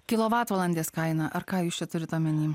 kilovatvalandės kainą ar ką jūs čia turit omeny